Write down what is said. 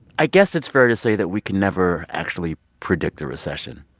i guess it's fair to say that we can never actually predict the recession.